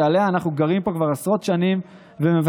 שעליה אנחנו גרים פה כבר עשרות שנים ומבססים